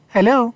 Hello